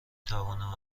توانم